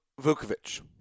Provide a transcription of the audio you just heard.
Vukovic